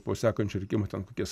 po sekančių rinkimų ten kokias